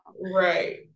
Right